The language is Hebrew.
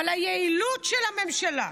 אבל היעילות של הממשלה,